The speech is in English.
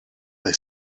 they